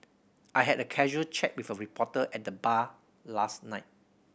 I had a casual chat with a reporter at the bar last night